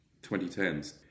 2010s